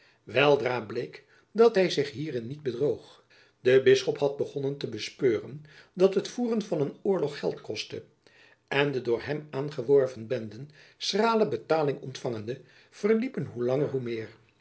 weldra bleek dat hy zich hierin niet bedroog de bisschop had begonnen te bespeuren dat het voeren van een oorlog geld kostte en de door hem aangeworven benden schrale betaling ontfangende verliepen hoe langer hoe meer